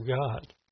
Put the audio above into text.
God